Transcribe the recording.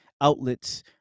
outlets